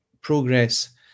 progress